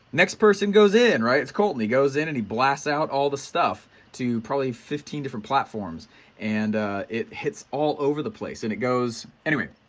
next person goes in, right, it's coulton, he goes in and he blasts out all the stuff to probably fifteen different platforms and it hits all over the place and it goes, anyway,